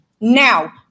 now